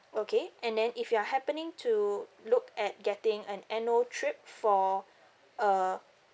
okay and then if you're happening to look at getting an annual trip for uh